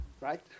right